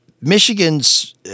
Michigan's